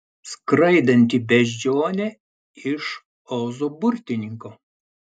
skraidanti beždžionė iš ozo burtininko